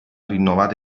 rinnovata